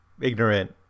ignorant